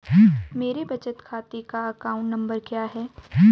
मेरे बचत खाते का अकाउंट नंबर क्या है?